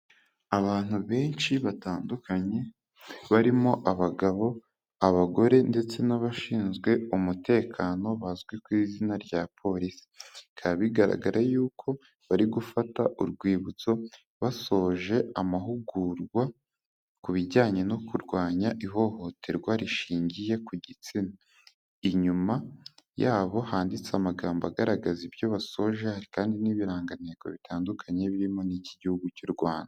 Abantu benshi batandukanye barimo abagabo, abagore ndetse ,n'abashinzwe umutekano bazwi ku izina rya polisi bikaba bigaragara yuko bari gufata urwibutso basoje amahugurwa ku bijyanye no kurwanya ihohoterwa rishingiye ku gitsina inyuma yabo handitse amagambo agaragaza ibyo basoje hari kandi n'ibiranganteko bitandukanye birimo n'iki gihugu cy'u Rwanda.